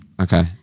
Okay